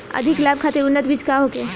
अधिक लाभ खातिर उन्नत बीज का होखे?